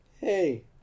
Hey